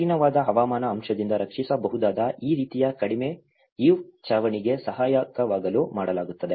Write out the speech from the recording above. ಕಠಿಣವಾದ ಹವಾಮಾನದ ಅಂಶದಿಂದ ರಕ್ಷಿಸಬಹುದಾದ ಈ ರೀತಿಯ ಕಡಿಮೆ ಈವ್ ಚಾವಣಿಗೆ ಸಹಾಯಕವಾಗಲು ಮಾಡಲಾಗುತ್ತದೆ